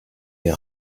des